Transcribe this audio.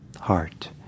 heart